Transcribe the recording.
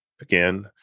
Again